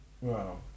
Wow